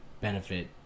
benefit